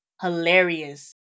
hilarious